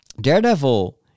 Daredevil